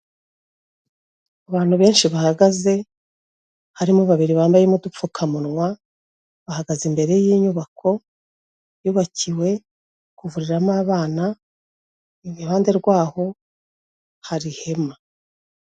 Abantu benshi bahagaze, harimo babiri bambaye utupfukamunwa, bahagaze imbere y'inyubako yubakiwe kuvuriramo abana, iruhande rwaho hari ihema